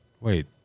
Wait